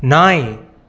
நாய்